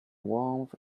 warmth